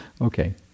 Okay